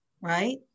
right